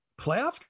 Playoff